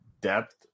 depth